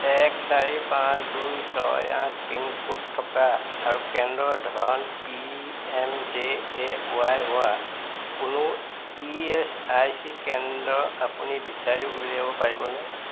এক চাৰি পাঁচ দুই ছয় আঠ পিন ক'ড থকা আৰু কেন্দ্ৰৰ ধৰণ P M J A Y হোৱা কোনো ই এচ আই চি কেন্দ্ৰ আপুনি বিচাৰি উলিয়াব পাৰিবনে